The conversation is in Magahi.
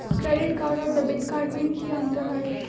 क्रेडिट कार्ड और डेबिट कार्ड में की अंतर हई?